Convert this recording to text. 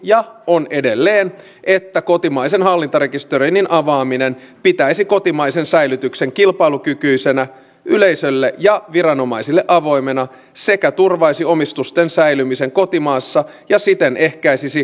olen saanut tietoa että jatkossa olisi esityksiä poliisihallinnon sisällä että joitakin pieniä poliisiasemia laitettaisiin kiinni hyvinkin vähäisen säästön takia